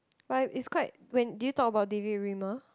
but it's quite when did you talk about David-Wimmer